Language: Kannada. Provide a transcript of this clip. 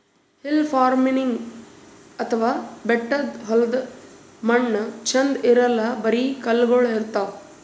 ಹಿಲ್ ಫಾರ್ಮಿನ್ಗ್ ಅಥವಾ ಬೆಟ್ಟದ್ ಹೊಲ್ದಾಗ ಮಣ್ಣ್ ಛಂದ್ ಇರಲ್ಲ್ ಬರಿ ಕಲ್ಲಗೋಳ್ ಇರ್ತವ್